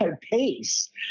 pace